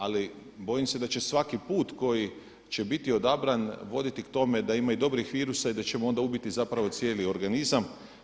Ali bojim se da će svaki put koji će biti odabran voditi k tome da ima i dobrih virusa i da ćemo onda ubiti zapravo cijeli organizam.